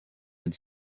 had